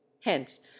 hence